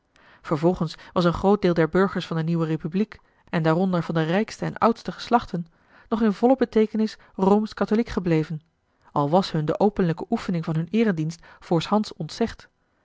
vervolgens was een groot deel der burgers van de nieuwe republiek en daaronder van de rijkste en oudste geslachten nog in volle beteekenis roomsch-katholiek gebleven al was hun de openlijke oefening van hun eeredienst voorhands ontzegd